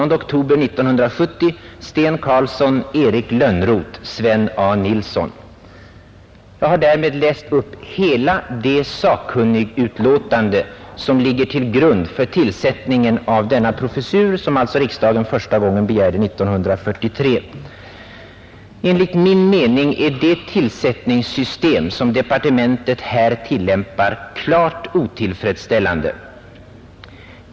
Därmed har jag läst upp hela det sakkunnigutlåtande som ligger till grund för tillsättningen av denna professur, som riksdagen alltså begärde första gången 1943. Enligt min mening är det tillsättningssystem som departementet här tillämpat klart otillfredsställande.